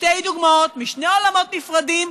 שתי דוגמאות משני עולמות נפרדים.